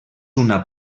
una